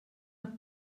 hat